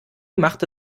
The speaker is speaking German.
machte